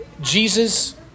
Jesus